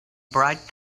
bright